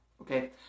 Okay